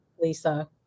Lisa